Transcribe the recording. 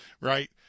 right